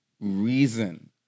reason